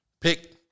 Pick